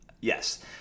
yes